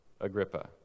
Agrippa